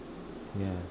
yeah